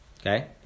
Okay